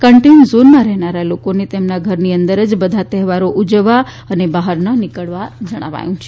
કન્ટેન્ટઝોનમાં રહેનારા લોકોને તેમના ઘરની અંદર જ બધા તહેવારો ઉજવવા અને બહાર ન નીકળવા માટે જણાવાયું છે